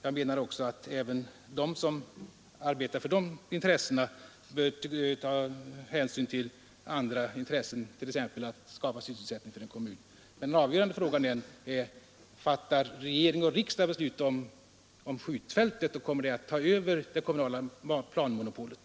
Jag menar att även de som arbetar för miljövårdsintressena bör ta hänsyn till andra intressen, t.ex. intresset av att sysselsättning skapas i en kommun. Men den avgörande frågan är: Fattar regering och riksdag beslutet om skjutfältet, och kommer det att ta över det kommunala planmonopolet?